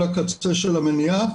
לא על החומרה,